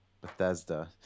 Bethesda